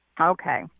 Okay